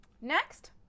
next